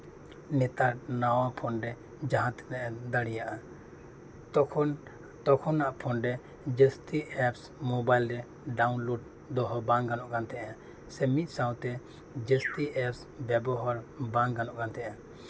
ᱱᱮᱛᱟᱨ ᱱᱟᱣᱟ ᱯᱷᱳᱱ ᱨᱮ ᱡᱟᱦᱟᱸ ᱛᱤᱱᱟᱹᱜ ᱮᱢ ᱫᱟᱲᱮᱭᱟᱜᱼᱟ ᱛᱚᱠᱷᱚᱱ ᱛᱚᱠᱷᱚᱱᱟᱜ ᱯᱷᱳᱱ ᱨᱮ ᱡᱟᱹᱥᱛᱤ ᱮᱯᱥ ᱢᱳᱵᱟᱭᱤᱞ ᱨᱮ ᱰᱟᱣᱩᱱᱞᱳᱰ ᱫᱚᱦᱚ ᱵᱟᱝ ᱜᱟᱱᱚᱜ ᱠᱟᱱ ᱛᱟᱦᱮᱱᱟ ᱥᱮ ᱢᱤᱫ ᱥᱟᱶᱛᱮ ᱡᱟᱹᱥᱛᱤ ᱮᱯᱥ ᱵᱮᱵᱚᱦᱟᱨ ᱵᱟᱝ ᱜᱟᱱᱚᱜ ᱠᱟᱱ ᱛᱟᱦᱮᱱᱟ